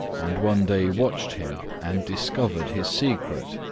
and one day watched him and discovered his secret.